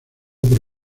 por